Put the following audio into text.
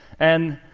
and